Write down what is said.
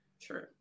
True